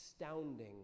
astounding